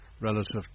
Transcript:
relative